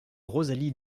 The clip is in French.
rosalie